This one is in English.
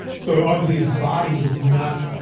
so obviously his body was not,